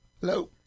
Hello